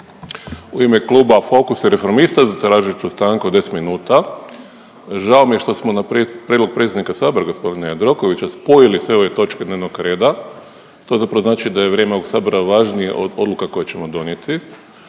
U ime Kluba Fokusa i Reformista zatražit ću stanku od 10 minuta. Žao mi je što smo na prijedlog predsjednika sabora gospodina Jandrokovića spojili sve ove točke dnevnog reda, to zapravo znači da je vrijeme ovog sabora važnije od poruka koje ćemo donijeti,